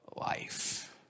life